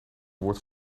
woord